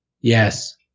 yes